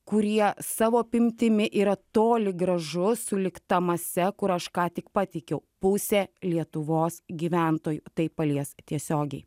kurie savo apimtimi yra toli gražu sulig ta mase kur aš ką tik pateikiau pusę lietuvos gyventojų tai palies tiesiogiai